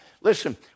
listen